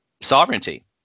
sovereignty